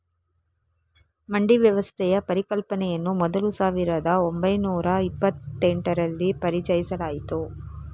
ಮಂಡಿ ವ್ಯವಸ್ಥೆಯ ಪರಿಕಲ್ಪನೆಯನ್ನು ಮೊದಲು ಸಾವಿರದ ಓಂಬೈನೂರ ಇಪ್ಪತ್ತೆಂಟರಲ್ಲಿ ಪರಿಚಯಿಸಲಾಯಿತು